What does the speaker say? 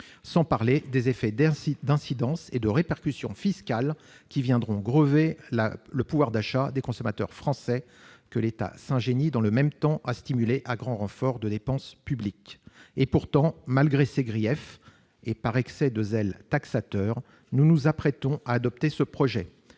sans parler des incidences et répercussions fiscales qui viendront grever le pouvoir d'achat des consommateurs français, que l'État s'ingénie, dans le même temps, à stimuler à grand renfort de dépenses publiques ! Pourtant, malgré ces griefs et par excès de zèle « taxateur », nous nous apprêtons à adopter cette